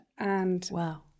Wow